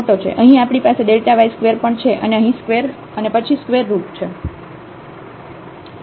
અહીં આપણી પાસે y2 પણ છે અને પછી સ્ક્વેર રૂટ છે